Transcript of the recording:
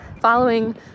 following